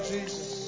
Jesus